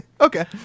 Okay